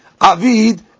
avid